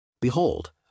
Behold